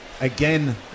again